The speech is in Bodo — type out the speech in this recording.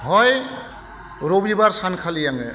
हय रबिबार सानखालि आङो